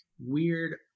weird